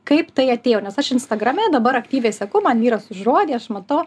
kaip tai atėjo nes aš instagrame dabar aktyviai seku man vyras užuodė aš matau